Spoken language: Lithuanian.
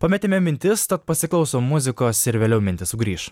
pametėme mintis tad pasiklausom muzikos ir vėliau mintys sugrįš